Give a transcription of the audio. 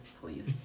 please